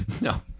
No